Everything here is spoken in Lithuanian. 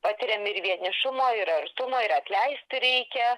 patiriam ir vienišumo ir artumo ir atleisti reikia